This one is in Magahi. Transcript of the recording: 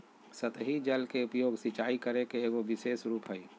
सतही जल के उपयोग, सिंचाई करे के एगो विशेष रूप हइ